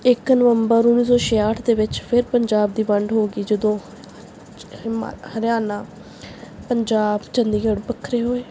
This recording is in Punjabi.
ਇੱਕ ਨਵੰਬਰ ਉੱਨੀ ਸੋ ਛਿਆਹਠ ਦੇ ਵਿੱਚ ਫਿਰ ਪੰਜਾਬ ਦੀ ਵੰਡ ਹੋ ਗਈ ਜਦੋਂ ਹਿਮਾ ਹਰਿਆਣਾ ਪੰਜਾਬ ਚੰਡੀਗੜ੍ਹ ਵੱਖਰੇ ਹੋਏ